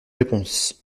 réponse